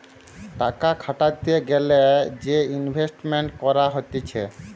টাকা খাটাতে গ্যালে যে ইনভেস্টমেন্ট করা হতিছে